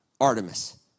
Artemis